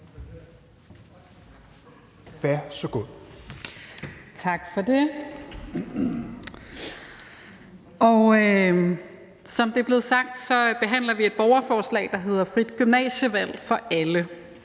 har så gode